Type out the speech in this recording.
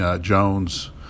Jones